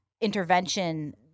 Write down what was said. intervention